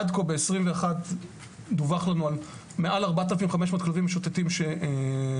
עד כה בשנת 2021 דווח לנו על מעל 4,500 כלבים משוטטים שנאספו.